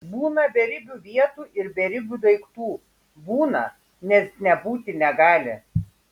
būna beribių vietų ir beribių daiktų būna nes nebūti negali